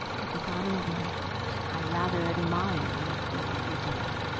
at the bottom of my heart i rather admire you for what you did.